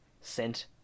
sent